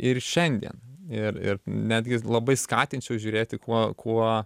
ir šiandien ir ir netgi labai skatinčiau žiūrėti kuo kuo